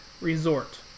Resort